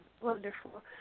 Wonderful